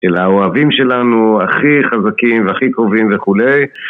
אלא האוהבים שלנו הכי חזקים והכי קרובים וכולי